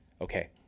okay